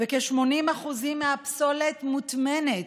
וכ-80% מהפסולת מוטמנת.